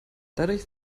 dadurch